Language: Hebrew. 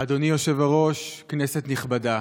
אדוני היושב-ראש, כנסת נכבדה,